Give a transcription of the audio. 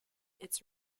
its